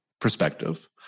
perspective